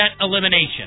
Elimination